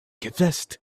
confessed